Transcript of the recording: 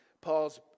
Paul's